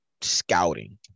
scouting